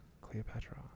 Cleopatra